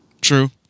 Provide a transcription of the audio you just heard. True